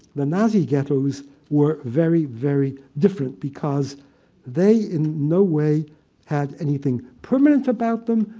the nazi ghettos were very, very different because they in no way had anything permanent about them.